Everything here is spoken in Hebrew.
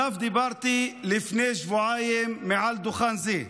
שעליו דיברתי לפני שבועיים מעל דוכן זה.